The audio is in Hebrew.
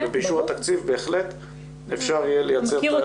ובאישור התקציב בהחלט אפשר יהיה לייצר את